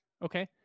Okay